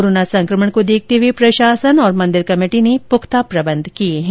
corona संकमण को देखते हुए प्रशासन और मंदिर कमेटी ने पुख्ता प्रबंध किए हैं